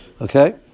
Okay